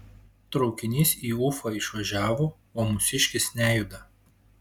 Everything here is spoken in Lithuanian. traukinys į ufą išvažiavo o mūsiškis nejuda